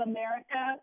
America